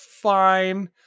fine